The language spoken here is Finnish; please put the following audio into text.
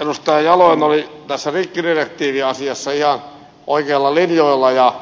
edustaja jalonen oli tässä rikkidirektiiviasiassa ihan oikeilla linjoilla ja